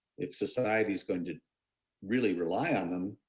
if society's going to really rely on them,